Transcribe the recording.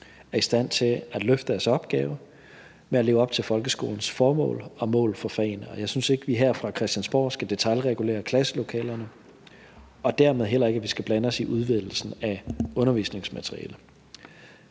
er i stand til at løfte deres opgave med at leve op til folkeskolens formål og mål for fagene. Jeg synes ikke, vi her fra Christiansborg skal detailregulere klasselokalerne, og dermed heller ikke, at vi skal blande os i udvælgelsen af undervisningsmateriale.